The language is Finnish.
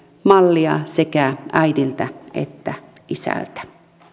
mallia sekä äidiltä että isältä